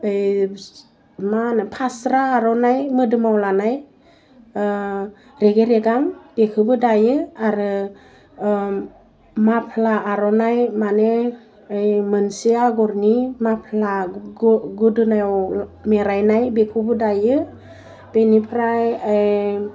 बे मा होनो फास्रा आर'नाइ मोदोमाव लानाय रेगे रेगां बेखौबो दायो ओरो माफ्ला आर'नाइ माने ओइ मोनसे आगरनि माफ्ला गोदोनायाव मेरायनाइ बेखौबो दायो बेनिफ्राय ओइ